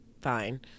fine